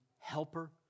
helper